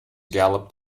galloped